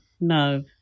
no